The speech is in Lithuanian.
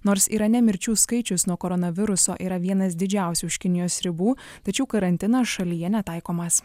nors irane mirčių skaičius nuo koronaviruso yra vienas didžiausių už kinijos ribų tačiau karantinas šalyje netaikomas